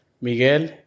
Miguel